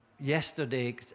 yesterday